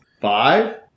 five